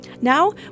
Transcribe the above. Now